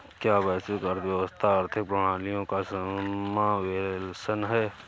क्या वैश्विक अर्थव्यवस्था आर्थिक प्रणालियों का समावेशन है?